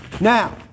Now